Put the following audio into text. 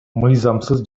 мыйзамсыз